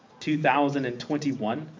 2021